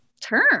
term